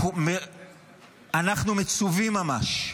אנחנו מצווים ממש,